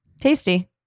Tasty